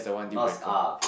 not ah are okay